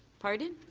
pardon?